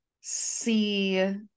see